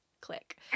click